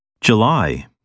July